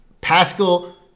Pascal